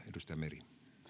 edustaja meri